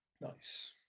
Nice